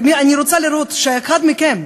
אני רוצה לראות שאחד מכם,